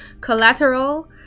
collateral